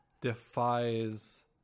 defies